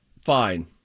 fine